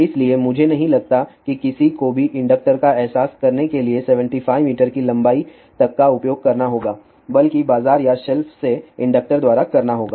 इसलिए मुझे नहीं लगता कि किसी को भी इंडक्टर का एहसास करने के लिए 75 मीटर की लंबाई तक का उपयोग करना होगा बल्कि बाजार या शेल्फ से इंडक्टर द्वारा करना होगा